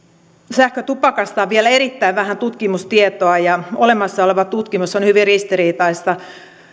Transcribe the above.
sähkötupakasta on vielä erittäin vähän tutkimustietoa ja olemassa oleva tutkimus on hyvin ristiriitaista